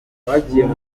bagiye